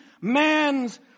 man's